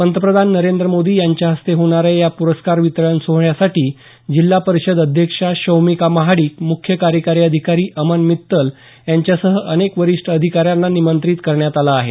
पंतप्रधान नरेंद्र मोदी यांच्या हस्ते होणाऱ्या या प्रस्कार वितरण सोहळ्यासाठी जिल्हा परिषद अध्यक्षा शौमिका महाडिक मुख्य कार्यकारी अधिकारी अमन मित्तल यांच्यासह अनेक वरिष्ठ अधिकाऱ्यांना निमंत्रित करण्यात आलं आहे